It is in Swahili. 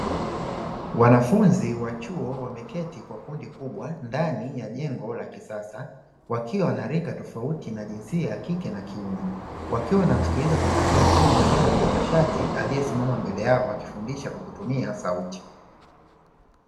Wanafunzi wa chuo wameketi kwa kundi kubwa ndani ya jengo la kisasa wakiwa na rika tofauti na jinsia ya kike na kiume, wakiwa wanamsikiliza kwa makini mwalimu mtanashati aliyesimama mbele yao akifundisha kwa kutumia sauti.